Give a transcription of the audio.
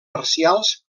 parcials